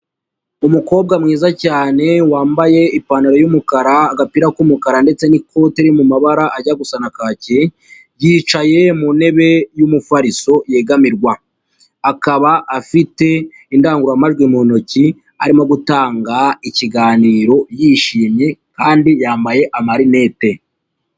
Umukobwa mwiza cyane wambaye ipantaro y'umukara, agapira k'umukara ndetse n'ikote iri mu mabara ajya gusa na kaki, yicaye mu ntebe y'umufariso yegamirwa. Akaba afite indangururamajwi mu ntoki arimo gutanga ikiganiro yishimye kandi yambaye amarinete.